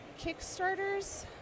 Kickstarters